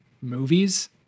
movies